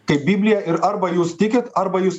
kaip bibliją ir arba jūs tikit arba jūs